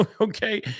okay